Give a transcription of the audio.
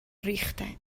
ریختن